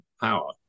power